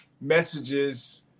messages